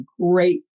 great